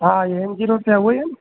हा इहे M G road ते आहे उहो ई आहे न